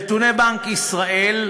נתוני בנק ישראל,